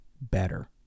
better